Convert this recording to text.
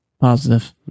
Positive